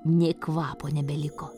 nė kvapo nebeliko